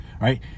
right